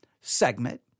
segment